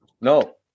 No